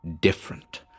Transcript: different